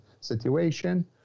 situation